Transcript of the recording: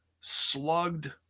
slugged